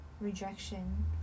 Rejection